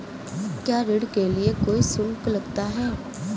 क्या ऋण के लिए कोई शुल्क लगता है?